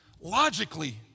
logically